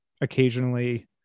occasionally